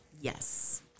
yes